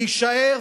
להישאר",